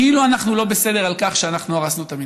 כאילו אנחנו לא בסדר על כך שאנחנו הרסנו את המנהרה.